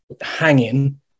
hanging